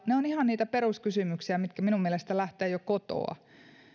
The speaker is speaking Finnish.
ne ovat ihan niitä peruskysymyksiä mitkä minun mielestäni lähtevät jo kotoa